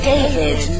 David